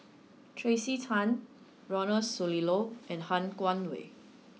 Tracey Tan Ronald Susilo and Han Guangwei